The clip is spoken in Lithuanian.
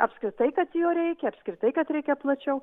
apskritai kad jo reikia apskritai kad reikia plačiau